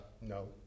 no